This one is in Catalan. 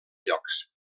llocs